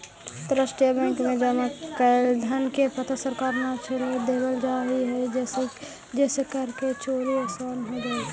अंतरराष्ट्रीय बैंक में जमा कैल धन के पता सरकार के न चले देवल जा हइ जेसे कर के चोरी आसान हो जा हइ